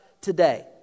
today